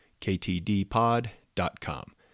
ktdpod.com